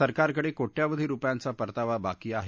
सरकारकडे कोट्यावधी रूपयांचा परतावा बाकी आहे